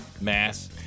Mass